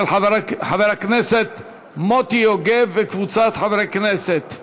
של חבר הכנסת מוטי יוגב וקבוצת חברי כנסת.